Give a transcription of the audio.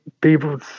people